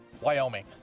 Wyoming